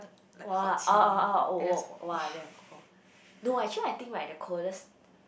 !wah! oh oh oh oh oh !wah! damn cold no actually like I think the coldest